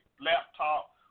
laptop